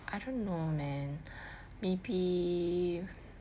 I don't know man maybe